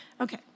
Okay